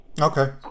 Okay